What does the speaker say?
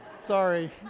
sorry